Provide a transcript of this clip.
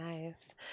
Nice